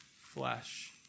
flesh